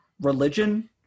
religion